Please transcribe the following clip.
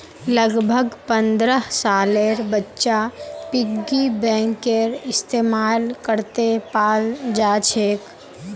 लगभग पन्द्रह सालेर बच्चा पिग्गी बैंकेर इस्तेमाल करते पाल जाछेक